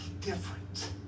different